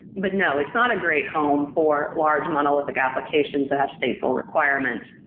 but no, it's not a great home for large monolithic applications that have stateful requirements.